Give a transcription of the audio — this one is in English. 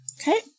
Okay